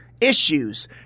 issues